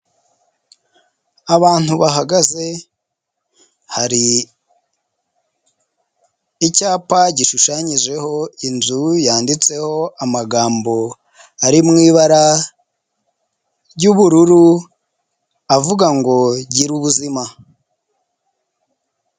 Abantu bahagaze, hari icyapa gishushanyijeho inzu yanditseho amagambo ari mu ibara ry'ubururu avuga ngo gira ubuzima.